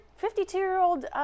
52-year-old